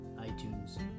itunes